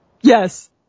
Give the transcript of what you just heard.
yes